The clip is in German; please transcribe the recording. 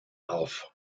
auf